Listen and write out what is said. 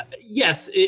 yes